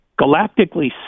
Galactically